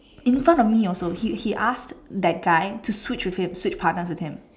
in front of me also he he asked that guy to Switch with him Switch partners with him